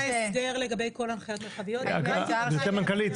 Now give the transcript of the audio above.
גבירתי המנכ"לית,